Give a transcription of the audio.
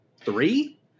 three